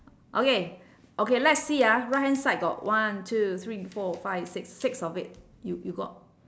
okay okay let's see ah right hand side got one two three four five six six of it you you got